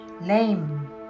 Lame